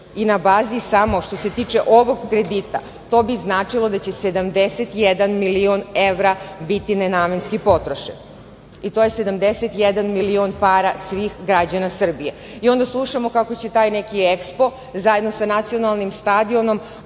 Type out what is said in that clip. i na bazi samo što se tiče ovog kredita to bi značilo da će 71 milion evra biti nenamenski potrošeno i to je 71 milion para svih građana Srbije. Onda slušamo kako će taj neki EKSPO zajedno za nacionalnim stadionom